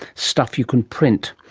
stuff you can print.